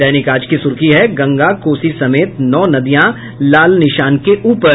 दैनिक आज की सूर्खी है गंगा कोसी समेत नौ नदियां लाल निशान के ऊपर